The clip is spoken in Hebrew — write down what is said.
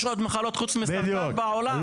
יש עוד מחלות חוץ מסרטן בעולם.